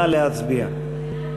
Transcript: נא להצביע.